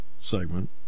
segment